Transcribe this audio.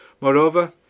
Moreover